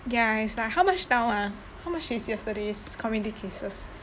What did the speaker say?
ya it's like how much now ah how much is yesterday's community cases